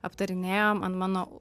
aptarinėjom ant mano